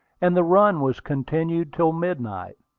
and the run was continued till midnight.